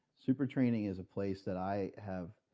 super training is a place that i have,